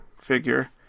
figure